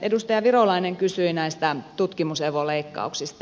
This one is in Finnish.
edustaja virolainen kysyi näistä tutkimus evo leikkauksista